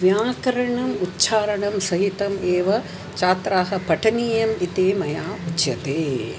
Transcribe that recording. व्याकरणम् उच्चारणं सहितम् एव छात्राः पठनीयन् इति मया उच्यते